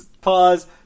pause